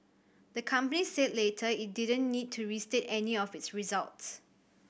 the company said later it didn't need to restate any of its results